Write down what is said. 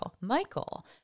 Michael